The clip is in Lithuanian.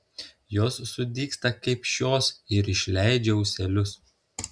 jos sudygsta kaip šios ir išleidžia ūselius